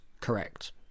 correct